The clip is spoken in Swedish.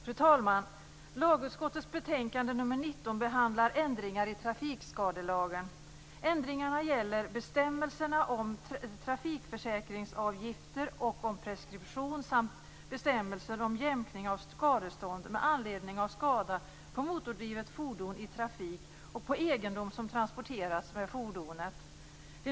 Fru talman! Lagutskottets betänkande nr 19 behandlar ändringar i trafikskadelagen. Ändringarna gäller bestämmelserna om trafikförsäkringsavgifter och om preskription samt bestämmelsen om jämkning av skadestånd med anledning av skada på motordrivet fordon i trafik och på egendom som transporterats med fordonet.